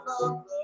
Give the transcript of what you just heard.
love